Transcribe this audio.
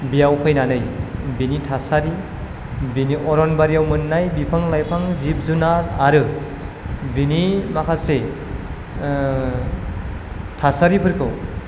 बियाव फैनानै बिनि थासारि बिनि अरनबारियाव मोननाय बिफां लाइफां जिब जुनार आरो बिनि माखासे थासारिफोरखौ